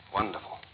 wonderful